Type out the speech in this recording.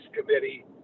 Committee